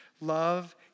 Love